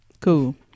cool